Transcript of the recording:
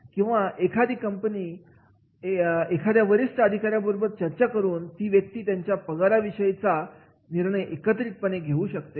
एकदा cost to company ठरली की वरिष्ठ अधिकारी या बरोबर चर्चा करून ती व्यक्ती त्याच्या पगाराविषयी चा निर्णय एकत्रितपणे घेऊ शकते